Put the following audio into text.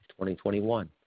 2021